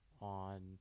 on